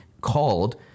called